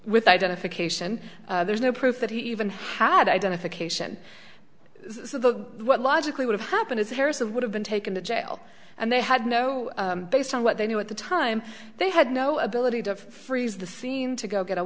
with identification there's no proof that he even had identification so the what logically would have happened is harrison would have been taken to jail and they had no based on what they knew at the time they had no ability to freeze the scene to go get a